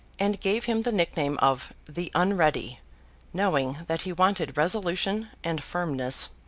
and gave him the nickname of the unready knowing that he wanted resolution and firmness.